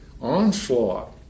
onslaught